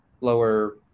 lower